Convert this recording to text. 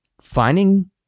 finding